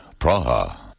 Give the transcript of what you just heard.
Praha